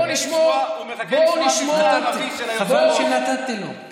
הוא מחכה לשמוע, חבל שנתתי לו.